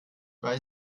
weil